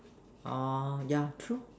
oh yeah true